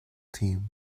team